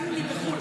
גם אם היא בחו"ל,